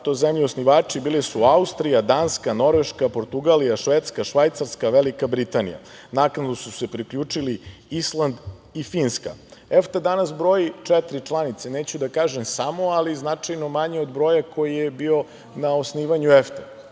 su zemlje osnivači bile Austrija, Danska, Norveška, Portugalija, Švedska, Švajcarska i Velika Britanija. Naknadno su se priključili Island i Finska. Naime, EFTA danas broji četiri članice, neću da kažem samo, ali značajno manje od broja koji je bio na osnivanju EFTA.